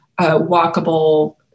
walkable